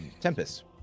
Tempest